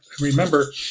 Remember